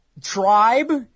Tribe